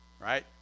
right